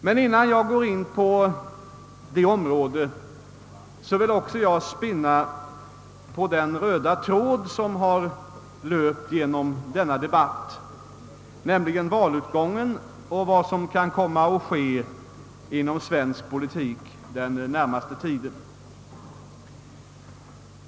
Men innan jag går in på detta område vill också jag spinna på den röda tråd som har löpt genom denna debatt, nämligen valutgången och vad som kan komma att ske inom svensk politik den närmaste tiden.